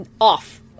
off